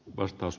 puhemies